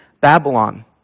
Babylon